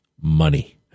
Money